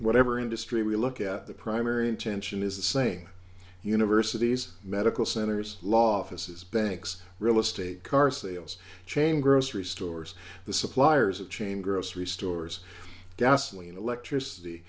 whatever industry we look at the primary intention is the same universities medical centers law offices banks real estate car sales chain grocery stores the suppliers of chain grocery stores gasoline electricity